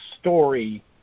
story